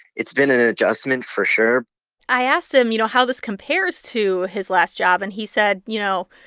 it's been an an adjustment for sure i asked him, you know, how this compares to his last job. and he said, you know,